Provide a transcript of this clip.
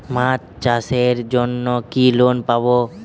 মাছ চাষের জন্য কি লোন পাব?